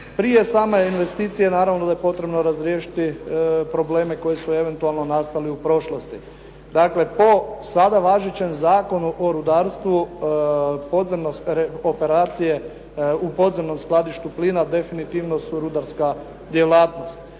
Prije same investicije naravno da je potrebno razriješiti probleme koji su eventualno nastali u prošlosti. Dakle, po sada važećem Zakonu o rudarstvu podzemne operacije u podzemnom skladištu plina definitivno su rudarska djelatnost